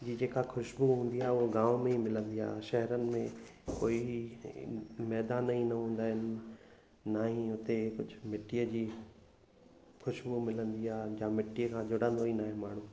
जी जेका ख़ुशबू हूंदी आहे उहा गांव में ई मिलंदी आहे शहरनि में कोई मैदान ई न हूंदा आहिनि ना ई हुते कुझु मिटीअ जी ख़ुशबू मिलंदी आहे जा मिटीअ खां जुड़ंदो ई न आहे माण्हू